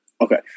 Okay